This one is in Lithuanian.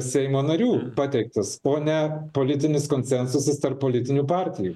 seimo narių pateiktas o ne politinis konsensusas tarp politinių partijų